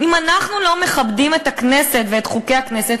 אם אנחנו לא מכבדים את הכנסת ואת חוקי הכנסת,